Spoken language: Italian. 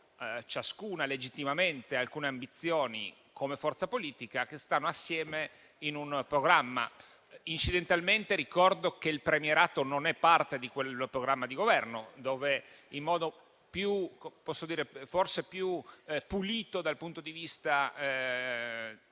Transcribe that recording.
ciascuna legittimamente alcune ambizioni come forza politica e che stanno assieme in un programma. Incidentalmente ricordo che il premierato non è parte di quel programma di Governo, dove, in modo forse più pulito dal punto di vista della